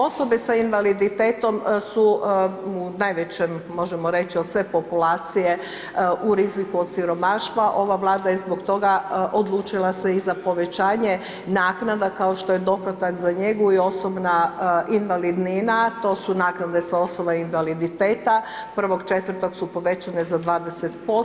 Osobe sa invaliditetom su u najvećem, možemo reći od sve populacije, u riziku od siromaštva, ova Vlada je zbog toga odlučila se i za povećanje naknade kao što je doplatak za njegu i osobna invalidnina, to su naknade ... invaliditeta, 1.4. su povećane za 20%